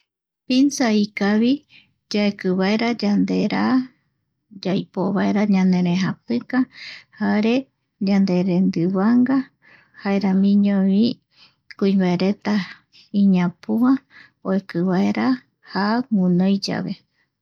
Pinza ikavi yaeki vaera yandera, yaipo vaera ñanerejapika jare yanderendivahga jaeramiñovi kui, baeretai iñapua oeki vaera ja guinoi yave